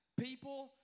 people